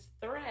thread